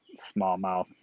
smallmouth